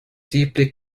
deeply